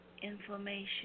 Inflammation